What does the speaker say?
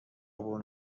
عبور